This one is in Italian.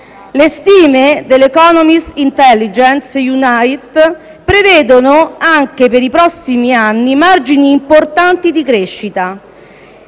Le stime dell'Economist Intelligence Unit prevedono anche per i prossimi anni margini importanti di crescita.